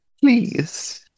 Please